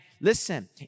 listen